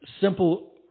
simple